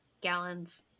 gallons